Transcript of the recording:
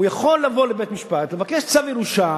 הוא יכול לבוא לבית-משפט, לבקש צו ירושה,